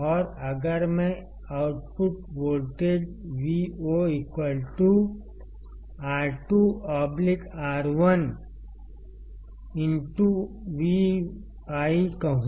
और अगर मैं output voltage Vo R2 R1 Vi कहूं